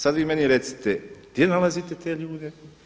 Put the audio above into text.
Sada vi meni recite gdje nalazite te ljude?